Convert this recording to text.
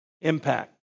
impact